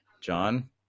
John